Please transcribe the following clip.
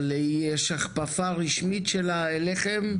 אבל יש הכפפה רשמית שלה אליכם?